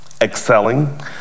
excelling